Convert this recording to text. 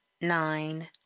nine